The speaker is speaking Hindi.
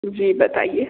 जी बताइए